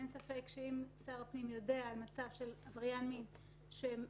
אין ספק שאם שר הפנים יודע על מצב של עבריין מין שמעוניין